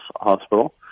Hospital